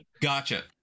gotcha